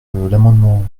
l’amendement